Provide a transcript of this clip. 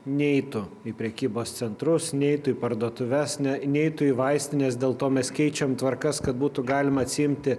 neitų į prekybos centrus neitų į parduotuves ne neitų į vaistines dėl to mes keičiam tvarkas kad būtų galima atsiimti